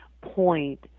point